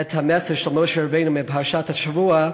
את המסר של משה רבנו מפרשת השבוע: